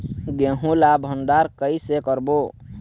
गेहूं ला भंडार कई से करबो?